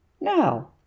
Now